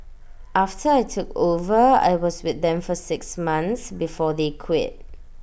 after I took over I was with them for six months before they quit